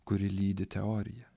kuri lydi teoriją